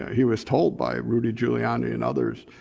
he was told by rudy giuliani and others,